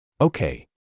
Okay